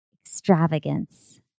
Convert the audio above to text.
extravagance